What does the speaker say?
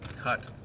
cut